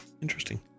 Interesting